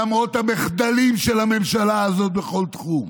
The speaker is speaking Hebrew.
למרות המחדלים של הממשלה הזאת בכל תחום.